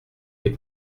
est